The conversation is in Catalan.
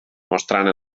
mostrant